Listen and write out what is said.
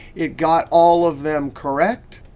it got all of them correct.